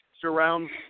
surrounds